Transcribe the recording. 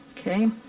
okay.